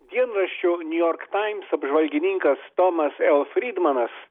dienraščio niu jork taims apžvalgininkas tomas el frydmanas